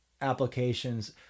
applications